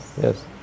Yes